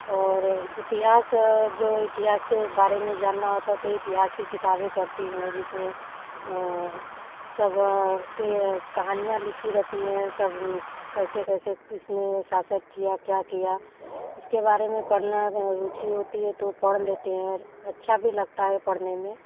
और इतिहास जो इतिहास के बारे में जानना होता तो इतिहास की किताबें पढ़ती हूँ जिसमें सब के कहानियाँ लिखी रहती है सब कैसे कैसे किसने शासक किया क्या किया उसके बारे में पढ़ना के रुचि होती है तो पढ़ लेते हैं और अच्छा भी लगता है पढ़ने में